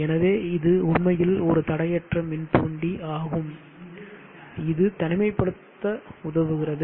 எனவே இது உண்மையில் ஒரு தடையற்ற மின்தூண்டி ஆகும் இது தனிமைப்படுத்த உதவுகிறது